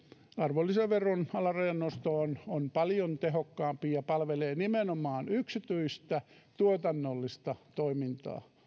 arvonlisäveron alarajan nosto on on paljon tehokkaampi ja palvelee nimenomaan yksityistä tuotannollista toimintaa